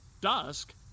dusk